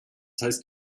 heißt